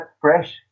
fresh